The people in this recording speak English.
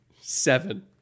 Seven